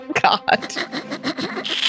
god